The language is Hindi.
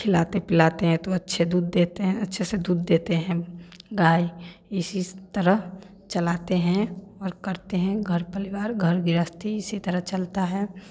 खिलाते पिलाते हैं तो अच्छे दूध देते हैं अच्छे से दूध देते हैं गाय इस इस तरह चलाते हैं और करते हैं घर परिवार घर गृहस्थी इसी तरह चलता है